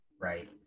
Right